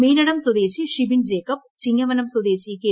മീനടം സ്വദേശി ഷിബിൻ ജേക്കബ് ചിങ്ങവനം സ്വദേശി കെ